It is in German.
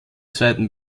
zweiten